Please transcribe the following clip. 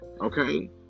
Okay